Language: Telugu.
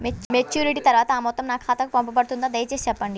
మెచ్యూరిటీ తర్వాత ఆ మొత్తం నా ఖాతాకు పంపబడుతుందా? దయచేసి చెప్పండి?